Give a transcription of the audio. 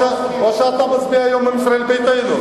או שאתה מצביע היום עם ישראל ביתנו.